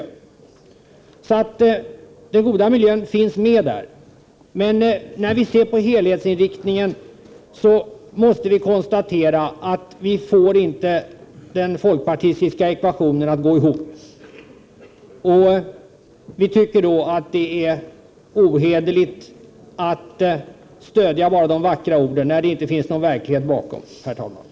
Där finns alltså den goda miljön med, men när vi ser på helhetsinriktningen måste vi konstatera att den folkpartistiska ekvationen inte går ihop. Vi tycker att det är ohederligt att stödja de vackra orden, när det inte finns någon verklighet bakom, herr talman.